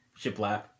shiplap